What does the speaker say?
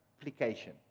application